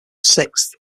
sixth